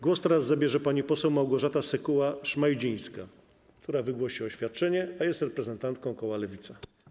Głos teraz zabierze pani poseł Małgorzata Sekuła-Szmajdzińska, która wygłosi oświadczenie, a jest reprezentantką koła Lewica.